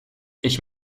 ich